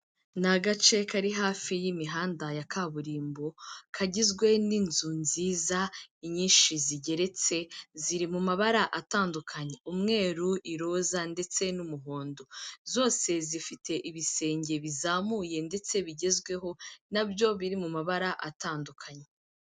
Ni agace kari hafi y'imihanda ya kaburimbo, kagizwe n'inzu nziza, inyinshi zigeretse, ziri mu mabara atandukanye; umweru, iroza ndetse n'umuhondo, zose zifite ibisenge bizamuye ndetse bigezweho, na byo biri mu mabara atandukanye.